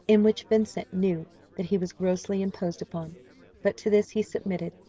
in which vincent knew that he was grossly imposed upon but to this he submitted,